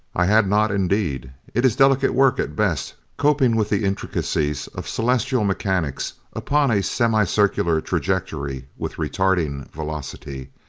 i had not, indeed. it is delicate work at best, coping with the intricacies of celestial mechanics upon a semicircular trajectory with retarding velocity,